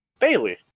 Bailey